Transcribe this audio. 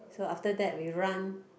so after that we run